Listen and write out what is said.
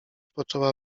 poczęła